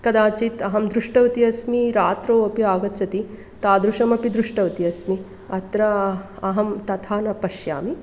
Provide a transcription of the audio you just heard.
कदाचित् अहं दृष्टवती अस्मि रात्रौ अपि आगच्छति तादृशमपि दृष्टवती अस्मि अत्र अहं तथा न पश्यामि